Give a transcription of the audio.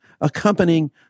accompanying